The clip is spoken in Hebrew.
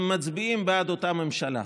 הם מצביעים בעד אותה ממשלה.